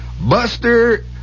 Buster